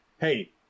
hey